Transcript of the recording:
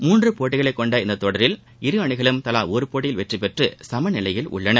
முன்று போட்டிகளைக் கொண்ட இந்த தொடரில் இரு அணிகளும் தலா ஒரு போட்டியில் வெற்றிபெற்று சமநிலையில் உள்ளன